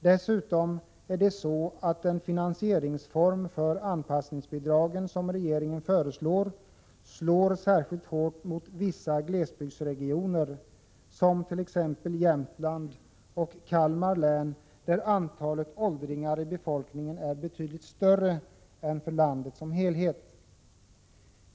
Dessutom är det så att den finansieringsform för anpassningsbidragen som regeringen föreslår slår särskilt hårt mot vissa glesbygdsregioner som t.ex. Jämtlands och Kalmar län, där antalet åldringar i befolkningen är betydligt större än i landet som helhet.